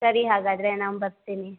ಸರಿ ಹಾಗಾದರೆ ನಾವು ಬರ್ತೀನಿ